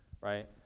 right